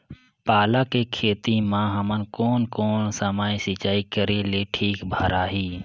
पाला के खेती मां हमन कोन कोन समय सिंचाई करेले ठीक भराही?